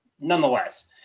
nonetheless